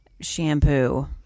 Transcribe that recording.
shampoo